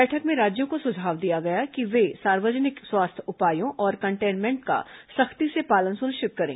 बैठक में राज्यों को सुझाव दिया गया कि वे सार्वजनिक स्वास्थ्य उपायों और कटेंनमेंट का सख्ती से पालन सुनिश्चित करें